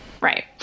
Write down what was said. Right